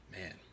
man